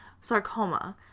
sarcoma